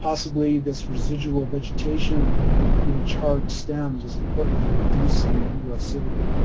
possibly this residual vegetation and and even charred stems is important for reducing erosivity.